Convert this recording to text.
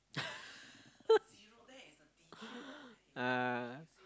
yeah